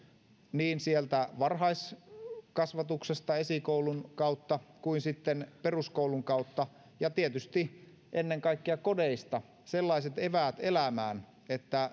niin sieltä varhaiskasvatuksesta esikoulun kautta kuin sitten peruskoulun kautta ja tietysti ennen kaikkea kodeista sellaiset eväät elämään että